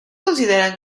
consideran